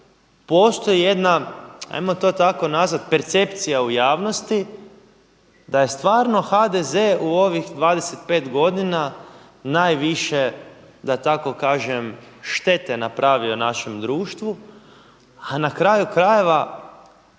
postoji jedna, ajmo to tako nazvati percepcija u javnosti da je stvarno HDZ u ovih 25 godina najviše da tako kažem štete napravio našem društvu, a na kraju krajeva